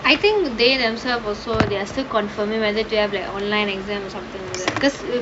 I think they themselves also they're still confirming whether to have like online exam or something like that because